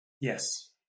Yes